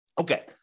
Okay